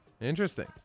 Interesting